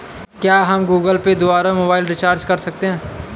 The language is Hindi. क्या हम गूगल पे द्वारा मोबाइल रिचार्ज कर सकते हैं?